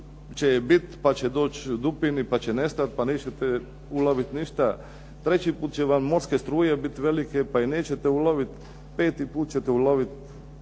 jedanput će doći dupini pa će nestati pa nećete uloviti ništa, treći put će vam morske struje biti velike pa je nećete uloviti, peti puta ćete uloviti